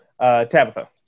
Tabitha